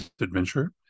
adventure